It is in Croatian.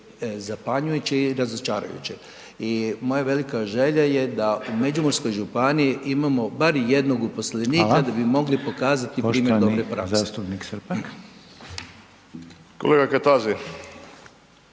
zapanjujući i razočarajuće je. I moja velika želja je da u Međimurskoj županiji imamo barem jednog uposlenika da bi mogli pokazati primjer dobre prakse. **Reiner, Željko (HDZ)**